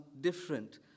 different